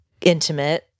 intimate